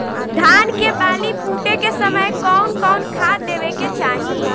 धान के बाली फुटे के समय कउन कउन खाद देवे के चाही?